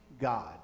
God